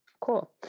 Cool